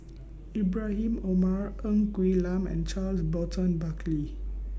Ibrahim Omar Ng Quee Lam and Charles Burton Buckley